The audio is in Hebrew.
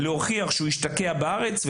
להוכיח שהוא השתקע בארץ,